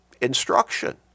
instruction